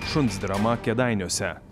šuns drama kėdainiuose